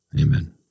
Amen